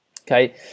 Okay